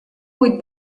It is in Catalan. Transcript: vuit